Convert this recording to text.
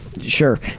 sure